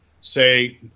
say